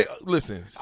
Listen